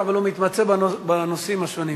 אבל הוא מתמצא בנושאים השונים.